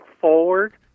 forward